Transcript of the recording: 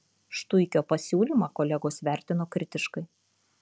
štuikio pasiūlymą kolegos vertino kritiškai